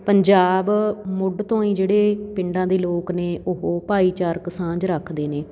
ਪੰਜਾਬ ਮੁੱਢ ਤੋਂ ਹੀ ਜਿਹੜੇ ਪਿੰਡਾਂ ਦੇ ਲੋਕ ਨੇ ਉਹ ਭਾਈਚਾਰਕ ਸਾਂਝ ਰੱਖਦੇ ਨੇ